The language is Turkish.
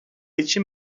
için